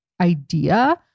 idea